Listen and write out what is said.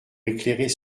éclairer